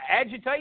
agitate